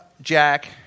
Jack